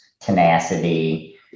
tenacity